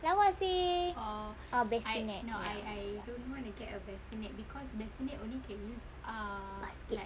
lawa seh oh bassinet ya basket